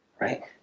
right